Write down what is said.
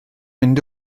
mynd